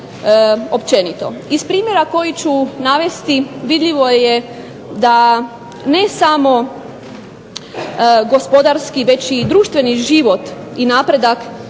Iz primjera koji ću navesti vidljivo je da ne samo gospodarski, već i društveni život i napredak